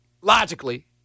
logically